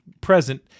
present